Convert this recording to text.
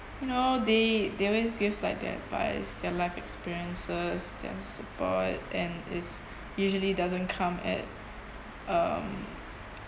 you know they they always give like their advice their life experiences their support and is usually doesn't come at um